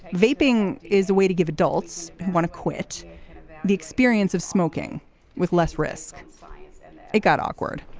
vaping is a way to give adults who want to quit the experience of smoking with less risk it got awkward,